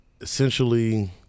essentially